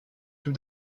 tout